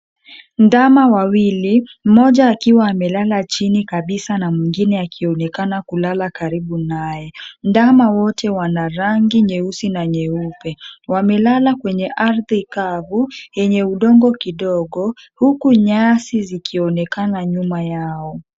Ndama wawili mmoja akiwa amelala chini kabisa na mwingine akionekana kulala karibu naye. Ndama wote wana rangi nyeusi na nyeupe, wamelala kwenye ardhi kavu yenye udongo kidogo, huku nyasi zikionekana nyuma yao.